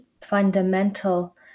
fundamental